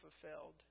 fulfilled